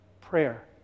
Prayer